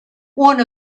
one